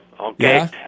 okay